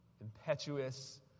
impetuous